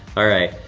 all right,